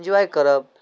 enjoy करब